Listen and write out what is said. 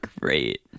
great